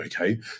okay